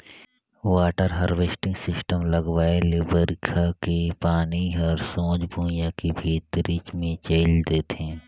water harvesting system लगवाए ले बइरखा के पानी हर सोझ भुइयां के भीतरी मे चइल देथे